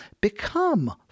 become